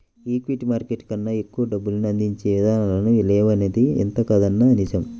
equity market కన్నా ఎక్కువ డబ్బుల్ని అందించే ఇదానాలు లేవనిది ఎంతకాదన్నా నిజం